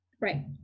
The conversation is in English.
Right